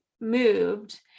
moved